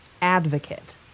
advocate